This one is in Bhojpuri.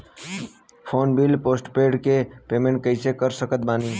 फोन बिल पोस्टपेड के पेमेंट कैसे कर सकत बानी?